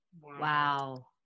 Wow